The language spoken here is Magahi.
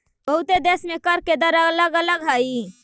बहुते देश में कर के दर अलग अलग हई